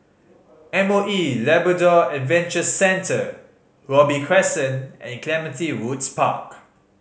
M O E Labrador Adventure Centre Robey Crescent and Clementi Woods Park